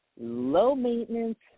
low-maintenance